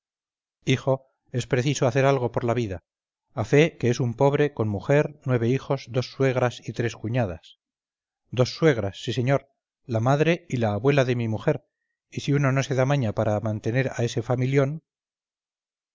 hijo es preciso hacer algo por la vida a fe que es un pobre conmujer nueve hijos dos suegras y tres cuñadas dos suegras sí señor la madre y la abuela de mi mujer y si uno no se da maña para mantener a este familión